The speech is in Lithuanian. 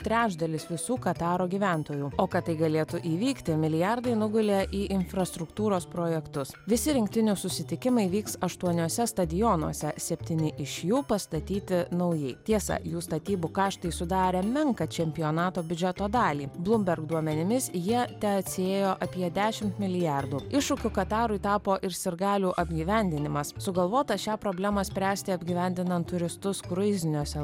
trečdalis visų kataro gyventojų o kad tai galėtų įvykti milijardai nugulė į infrastruktūros projektus visi rinktinių susitikimai vyks aštuoniuose stadionuose septyni iš jų pastatyti naujai tiesa jų statybų kaštai sudarė menką čempionato biudžeto dalį bloomberg duomenimis jie teatsiėjo apie dešimt milijardų iššūkiu katarui tapo ir sirgalių apgyvendinimas sugalvota šią problemą spręsti apgyvendinant turistus kruiziniuose